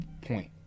point